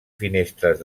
finestres